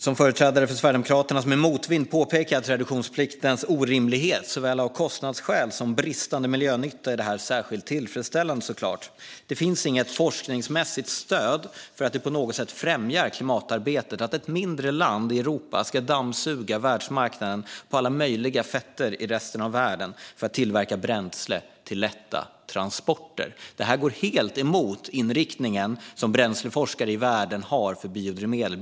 Som företrädare för Sverigedemokraterna, som i motvind påpekat reduktionspliktens orimlighet såväl av kostnadsskäl som på grund av bristande miljönytta, är detta såklart särskilt tillfredsställande. Det finns inget forskningsmässigt stöd för att det på något sätt främjar klimatarbetet att ett mindre land i Europa ska dammsuga världsmarknaden på alla möjliga fetter för att tillverka bränsle till lätta transporter. Det här går helt emot den inriktning som bränsleforskare i världen har för biodrivmedel.